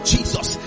Jesus